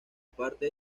parte